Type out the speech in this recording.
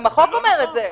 גם החוק אומר את זה.